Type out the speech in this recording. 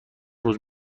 روز